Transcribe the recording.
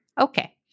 Okay